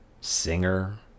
Singer